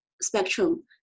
spectrum